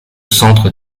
centre